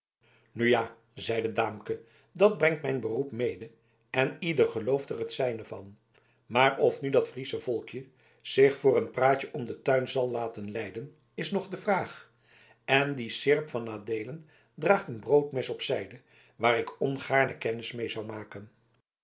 nu ja zeide daamke dat brengt mijn beroep mede en ieder gelooft er het zijne van maar of nu dat friesche volkje zich door een praatje om den tuin zal laten leiden dat is nog de vraag en die seerp van adeelen draagt een broodmes op zijde waar ik ongaarne kennis mee zou maken